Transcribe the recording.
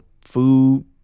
Food